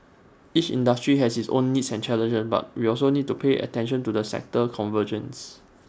each industry has its own needs and challenges but we also need to pay attention to the sector convergence